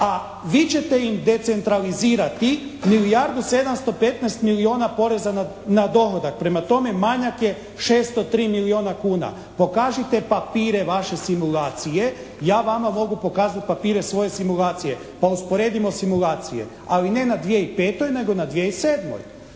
a vi ćete im decentralizirati milijardu 715 milijuna poreza na dohodak. Prema tome, manjak je 603 milijuna kuna. Pokažite papire vaše simulacije, ja vama mogu pokazati papire svoje simulacije pa usporedimo simulacije. Ali ne na 2005. nego na 2007.